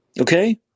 okay